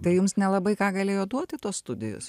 tai jums nelabai ką galėjo duoti tos studijos